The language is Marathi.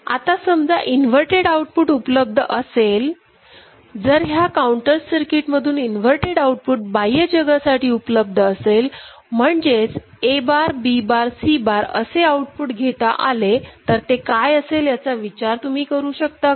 आता समजा इन्व्हर्टेड आउटपुट उपलब्ध असेल जर ह्या काउंटर्स सर्किटमधून इन्व्हर्टेड आउटपुट बाह्य जगासाठी उपलब्ध असेल म्हणजे A बार B बार Cबार असे आउटपुट घेता आले तर ते काय असेल याचा विचार तुम्ही करू शकता का